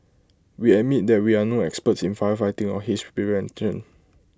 we admit that we are no experts in firefighting or haze prevention